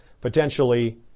potentially